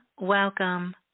welcome